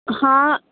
ਹਾਂ